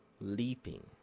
Leaping